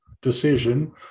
decision